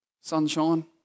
Sunshine